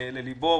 לליבו.